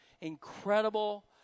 incredible